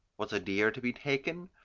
was a deer to be taken?